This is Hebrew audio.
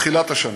מתחילת השנה.